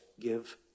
give